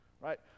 right